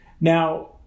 Now